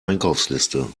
einkaufsliste